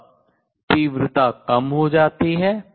अब तीव्रता कम हो जाती है